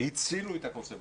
הצילו את הקונסרבטוריונים.